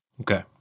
Okay